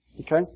Okay